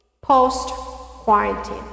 post-quarantine